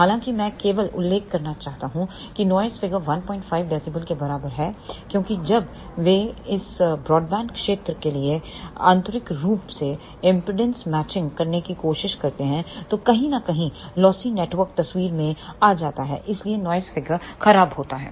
हालांकि मैं केवल उल्लेख करना चाहता हूं की नॉइस फिगर 15 dB के बराबर है क्योंकि जब वे इस ब्रॉडबैंड क्षेत्र के लिए आंतरिक रूप से इंपेडेंस मैचिंग करने की कोशिश करते हैं तो कहीं न कहीं लौसी नेटवर्क तस्वीर में आ जाता है इसलिए नॉइस फिगर खराब होता है